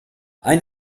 ein